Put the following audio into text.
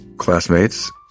Classmates